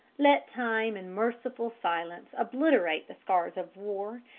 let time and merciful silence obliterate the scars of war,